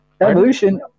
Evolution